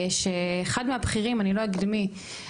ואחד מהבכירים שלא אציין את שמו אמר לי,